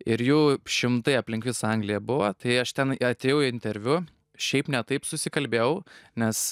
ir jų šimtai aplink visą angliją buvo tai aš ten atėjau į interviu šiaip ne taip susikalbėjau nes